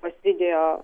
tas video